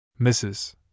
Mrs